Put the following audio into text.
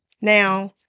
Now